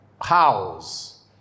house